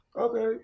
Okay